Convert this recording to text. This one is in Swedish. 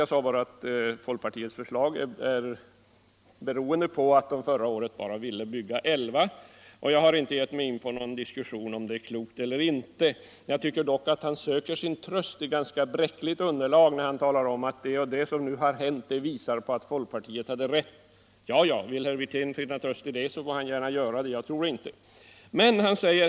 Jag sade bara att folkpartiets förslag är beroende på att de förra året bara ville bygga elva reaktorer. Jag har inte gett mig in på någon diskussion om det är klokt eller inte. Jag tycker dock att herr Wirtén söker sin tröst i ganska bräckligt underlag, när han talar om att det och det som hänt visar att folkpartiet hade rätt. Ja, vill herr Wirtén finna tröst i det får han göra det — jag tror något annat.